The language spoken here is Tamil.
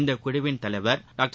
இந்த குழுவின் தலைவர் டாக்டர்